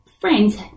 friends